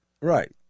Right